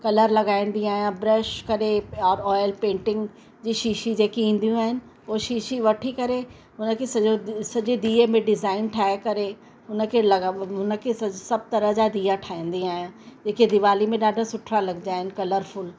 colour लॻाईंदी आहियां brush करे ऑ ऑयल पेंटिंग जी शीशी जेकी ईंदियूं आहिनि उहे शीशी वठी करे हुन खे सॼो सॼे दिये में डिज़ाइन ठाहे करे हुन खे लॻा हुन खे सभु तरह जा दिया ठाहींदी आहियां जेके दिवाली में ॾाढा सुठा लॻंदा आहिनि कलरफुल